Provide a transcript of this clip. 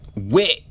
Wit